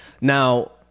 now